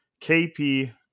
KP